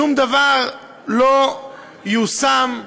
שום דבר לא יושם.